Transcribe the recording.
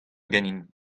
ganin